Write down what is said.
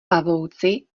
pavouci